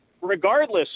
regardless